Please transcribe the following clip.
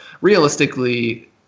realistically